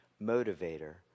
motivator